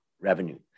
revenue